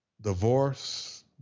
divorce